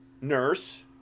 nurse